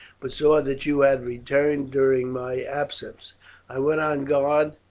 but saw that you had returned during my absence i went on guard,